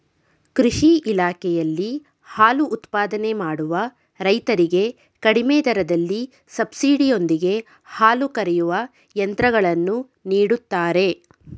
ಕೃಷಿ ಇಲಾಖೆಯಲ್ಲಿ ಹಾಲು ಉತ್ಪಾದನೆ ಮಾಡುವ ರೈತರಿಗೆ ಕಡಿಮೆ ದರದಲ್ಲಿ ಸಬ್ಸಿಡಿ ಯೊಂದಿಗೆ ಹಾಲು ಕರೆಯುವ ಯಂತ್ರಗಳನ್ನು ನೀಡುತ್ತಾರೆ